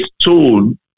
stone